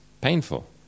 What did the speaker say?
painful